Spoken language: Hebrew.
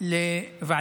ועדת בריאות.